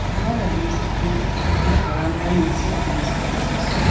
never, mr. cleek never under any circumstances.